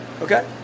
Okay